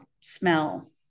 smell